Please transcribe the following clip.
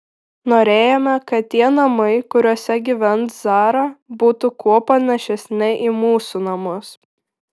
norėjome kad tie namai kuriuose gyvens zara būtų kuo panašesni į mūsų namus